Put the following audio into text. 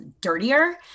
dirtier